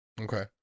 Okay